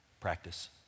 practice